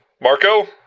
Marco